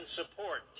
support